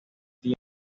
tiene